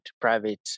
private